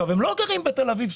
הם לא גרים בתל אביב,